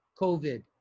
COVID